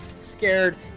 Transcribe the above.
scared